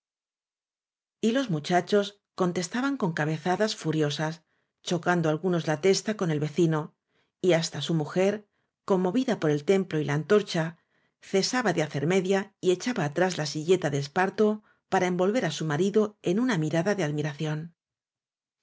los muchachos contestaban con cabeza das furiosas chocando algunos la testa con el vecino y hasta su mujer conmovida por lodel templo y la antorcha cesaba de hacer media y echaba atrás la silleta de esparto para envol ver á su marido en una mirada de